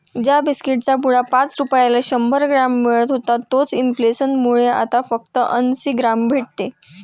ज्या बिस्कीट चा पुडा पाच रुपयाला शंभर ग्राम मिळत होता तोच इंफ्लेसन मुळे आता फक्त अंसी ग्राम भेटते